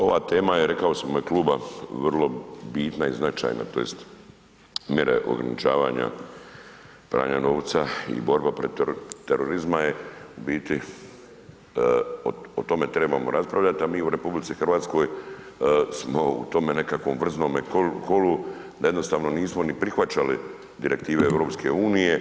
Ova tema, rekao sam u ime kluba, vrlo bitna i značajna tj. mjere ograničavanja pranja novca i borba protiv terorizma je, u biti o tome trebamo raspravljati, a mi u RH smo u tome nekakvom vrznome kolu, da jednostavno nismo ni prihvaćali direktive EU.